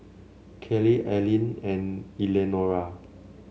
Kellie Arline and Eleanora